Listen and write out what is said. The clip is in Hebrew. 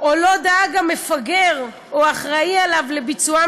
או לא דאג המפגר או האחראי עליו לביצוען